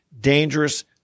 dangerous